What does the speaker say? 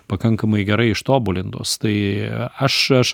pakankamai gerai ištobulintos tai aš aš